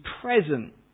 present